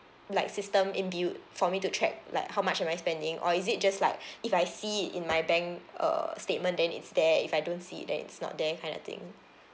like system in built for me to check like how much am I spending or is it just like if I see it in my bank err statement then it's there if I don't see it then it's not there kind of thing